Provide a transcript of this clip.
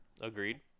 Agreed